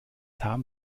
haben